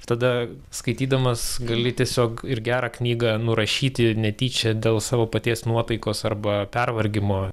tada skaitydamas gali tiesiog ir gerą knygą nurašyti netyčia dėl savo paties nuotaikos arba pervargimo